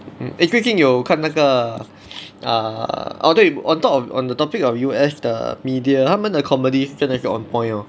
eh 最近有看那个 err ah 对 on top of on the topic of U_S 的 media 他们的 comedies 真的是 on point lor